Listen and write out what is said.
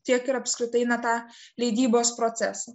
tiek ir apskritai na tą leidybos procesą